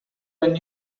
when